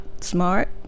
smart